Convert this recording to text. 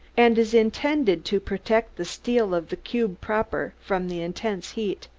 and is intended to protect the steel of the cube proper from the intense heat.